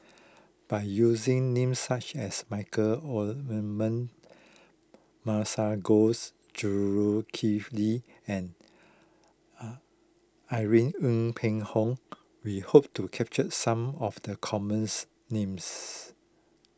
by using names such as Michael Masagos Zulkifli and Irene Ng Phek Hoong we hope to capture some of the commons names